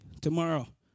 tomorrow